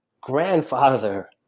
grandfather